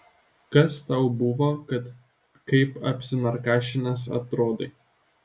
kas tau buvo kad kaip apsinarkašinęs atrodai